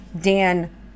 Dan